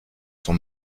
son